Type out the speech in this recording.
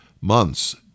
months